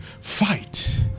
Fight